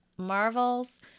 marvels